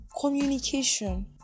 Communication